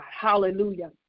Hallelujah